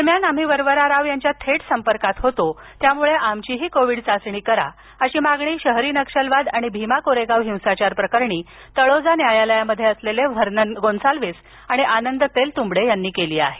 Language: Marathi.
दरम्यान आम्ही वरवरा राव यांच्या थेट संपर्कात होतो त्यामुळे आमचीही कोविड चाचणी करा अशी मागणी शहरी नक्षलवाद आणि भीमा कोरेगाव हिंसाचार प्रकरणी तळोजा न्यायालयात असलेले व्हर्नन गोन्साल्वीस आणि आनंद तेलतुंबडे यांनी केली आहे